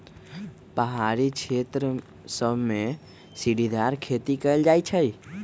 पहारी क्षेत्र सभमें सीढ़ीदार खेती कएल जाइ छइ